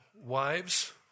wives